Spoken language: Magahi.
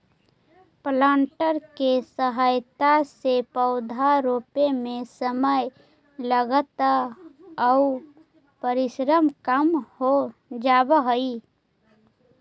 प्लांटर के सहायता से पौधा रोपे में समय, लागत आउ परिश्रम कम हो जावऽ हई